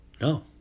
No